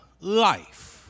life